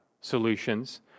solutions